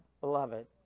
beloved